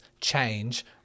change